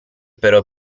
però